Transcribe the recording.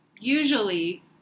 usually